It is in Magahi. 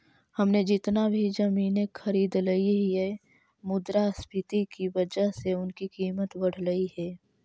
हमने जितना भी जमीनें खरीदली हियै मुद्रास्फीति की वजह से उनकी कीमत बढ़लई हे